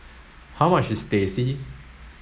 how much is Teh C